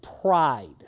pride